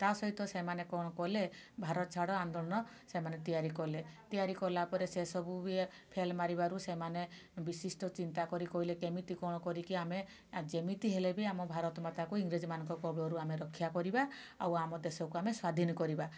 ତା' ସହିତ ସେମାନେ କ'ଣ କଲେ ଭାରତ ଛାଡ଼ ଆନ୍ଦୋଳନ ସେମାନେ ତିଆରି କଲେ ତିଆରି କଲା ପରେ ସେ ସବୁ ବି ଫେଲ୍ ମାରିବାରୁ ସେମାନେ ବିଶିଷ୍ଟ ଚିନ୍ତା କରି କହିଲେ କେମିତି କ'ଣ କରିକି ଆମେ ଯେମିତି ହେଲେ ବି ଆମ ଭାରତ ମାତାକୁ ଇଂରେଜମାନଙ୍କ କବଳରୁ ଆମେ ରକ୍ଷା କରିବା ଆଉ ଆମ ଦେଶକୁ ଆମେ ସ୍ୱାଧୀନ କରିବା